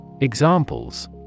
Examples